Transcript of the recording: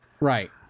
right